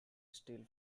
steel